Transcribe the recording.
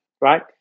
Right